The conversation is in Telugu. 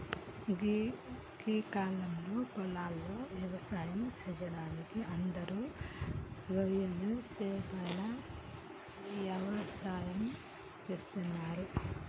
గీ కాలంలో పొలాలలో వ్యవసాయం సెయ్యడానికి అందరూ రొయ్యలు సేపల యవసాయమే చేస్తున్నరు